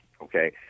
okay